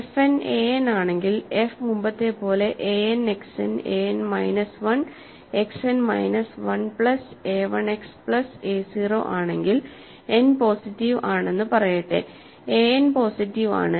fn an ആണെങ്കിൽ f മുമ്പത്തെപ്പോലെ a n X n a n minus 1 X n minus 1 plus a 1 X plus a 0 ആണെങ്കിൽ n positive ആണെന്ന് പറയട്ടെ an positive ആണ്